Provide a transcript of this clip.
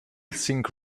think